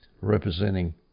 representing